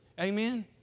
Amen